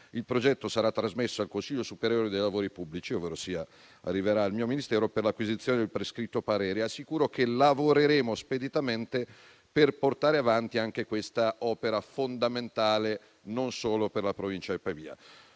il progetto sarà trasmesso al Consiglio superiore dei lavori pubblici, ovverosia arriverà al mio Ministero, per l'acquisizione del prescritto parere. Assicuro che lavoreremo speditamente per portare avanti anche questa opera fondamentale, non solo per la Provincia di Pavia.